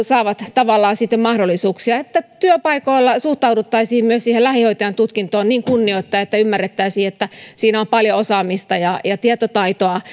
saavat tavallaan mahdollisuuksia ja sen että työpaikoilla suhtauduttaisiin myös siihen lähihoitajan tutkintoon niin kunnioittaen että ymmärrettäisiin että siinä on paljon osaamista ja ja tietotaitoa